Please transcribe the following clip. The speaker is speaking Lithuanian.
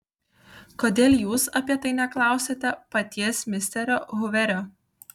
kodėl jūs apie tai neklausiate paties misterio huverio